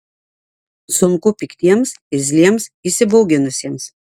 sunku piktiems irzliems įsibauginusiems